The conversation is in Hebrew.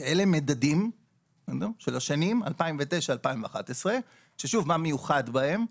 שאלה מדדים של השנים 2009-2011. מה מיוחד בהם?